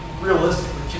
realistically